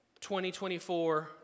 2024